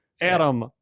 Adam